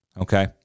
Okay